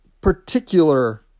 particular